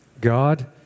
God